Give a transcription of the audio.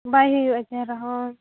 ᱵᱟᱭ ᱦᱩᱭᱩᱜᱼᱟ ᱪᱮᱨᱦᱟ ᱦᱳᱭ